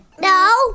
No